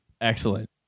Excellent